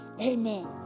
Amen